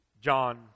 John